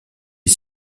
est